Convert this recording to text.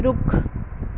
ਰੁੱਖ